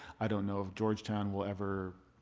i don't know if georgetown will ever